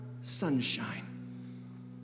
sunshine